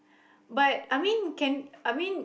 but I mean can I mean